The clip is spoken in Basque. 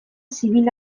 zibil